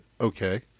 okay